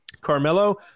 Carmelo